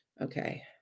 Okay